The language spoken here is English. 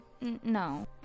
No